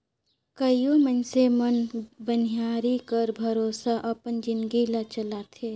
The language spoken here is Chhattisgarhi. कइयो मइनसे मन बनिहारी कर भरोसा अपन जिनगी ल चलाथें